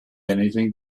anything